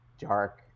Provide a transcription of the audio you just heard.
dark